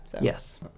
Yes